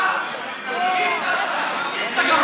(חבר הכנסת ג'מאל זחאלקה יוצא מאולם המליאה.) קישטה,